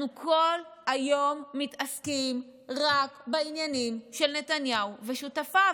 אנחנו כל היום מתעסקים רק בעניינים של נתניהו ושותפיו.